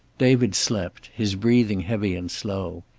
david slept, his breathing heavy and slow.